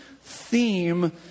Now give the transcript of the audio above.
theme